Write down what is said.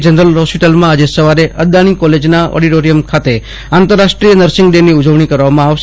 general હોસ્પિટલમાં આજે સવારે અદાણી હોસ્પિટલના ઓડિટોરીયમ ખાતે આંતર રાષ્ટ્રીય નર્સિંગ ડેની ઉજવણી કરવામાં આવશે